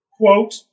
Quote